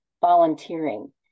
volunteering